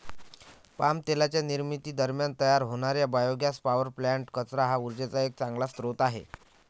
palm तेलाच्या निर्मिती दरम्यान तयार होणारे बायोगॅस पॉवर प्लांट्स, कचरा हा उर्जेचा एक चांगला स्रोत आहे